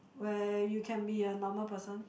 where you can be a normal person